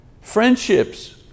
Friendships